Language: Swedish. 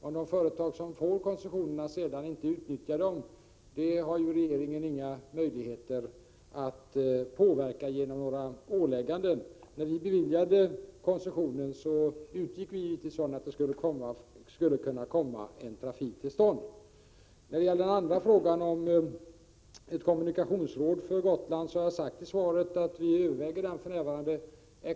Om de företag som får koncessionerna sedan inte utnyttjar dem, har regeringen inga möjligheter att påverka det genom några ålägganden. När regeringen beviljade den nämnda koncessionen utgick vi givetvis från att en trafik skulle komma till stånd. När det gäller frågan om ett kommunikationsråd för Gotland har jag i svaret sagt att regeringen för närvarande överväger den.